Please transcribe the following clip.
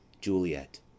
JULIET